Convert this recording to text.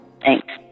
Thanks